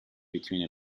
between